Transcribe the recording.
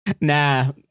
Nah